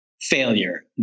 failure